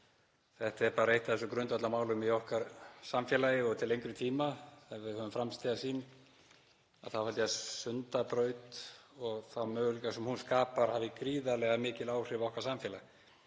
Þetta er bara eitt af þessum grundvallarmálum í okkar samfélagi til lengri tíma. Ef við höfum framtíðarsýn þá held ég að Sundabraut og þeir möguleikar sem hún skapar hafi gríðarlega mikil áhrif á okkar samfélag.